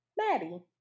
Maddie